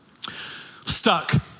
Stuck